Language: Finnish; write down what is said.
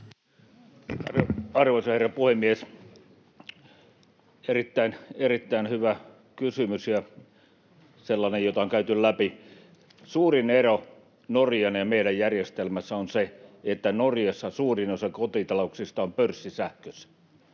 Arvoisa herra puhemies! Erittäin, erittäin hyvä kysymys ja sellainen, jota on käyty läpi. Suurin ero Norjan ja meidän järjestelmissä on se, että Norjassa suurin osa kotitalouksista on pörssisähkössä.